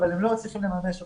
אבל הם לא מצליחים לממש אותם.